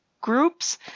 groups